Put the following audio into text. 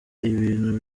ibintu